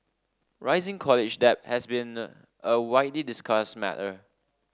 rising college debt has been a widely discussed matter